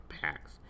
packs